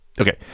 okay